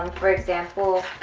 um for example.